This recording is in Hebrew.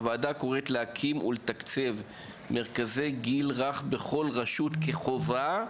הוועדה קוראת להקים ולתקצב מרכזי גיל רך בכל רשות כחובה,